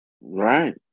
right